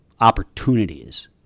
opportunities